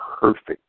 perfect